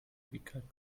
ewigkeit